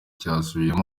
cyasubiyemo